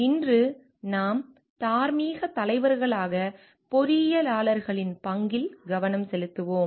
இன்று நாம் தார்மீக தலைவர்களாக பொறியியலாளர்களின் பங்கில் கவனம் செலுத்துவோம்